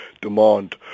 demand